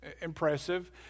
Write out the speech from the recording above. impressive